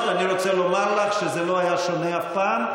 אני רוצה לומר לך שזה לא היה שונה אף פעם.